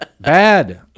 Bad